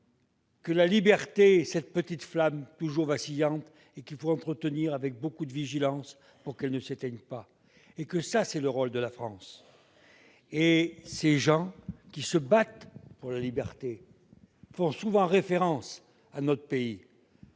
que la liberté est une petite flamme toujours vacillante qu'il faut entretenir avec beaucoup de vigilance pour qu'elle ne s'éteigne pas. C'est le rôle de la France. Ceux qui se battent pour la liberté font souvent référence à notre pays.